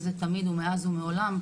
זה תמיד ומאז ומעולם,